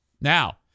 Now